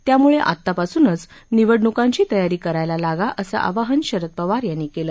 त्यामुळे आतापासूनच निवडणूकांची तयारी करायला लागा असं आवाहन शरद पवार यांनी केलं